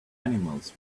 animals